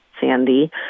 Sandy